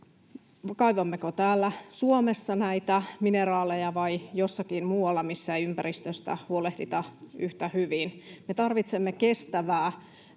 kaivammeko täällä Suomessa näitä mineraaleja vai jossakin muualla, missä ei ympäristöstä huolehdita yhtä hyvin. Me tarvitsemme kestävää,